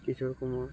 Kishore Kumar